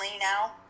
now